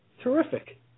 Terrific